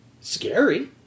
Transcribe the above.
Scary